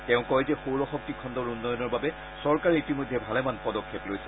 তেওঁ কয় যে সৌৰ শক্তি খণ্ডৰ উন্নয়নৰ বাবে চৰকাৰে ইতিমধ্যে ভালেমান পদক্ষেপ লৈছে